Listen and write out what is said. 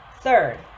third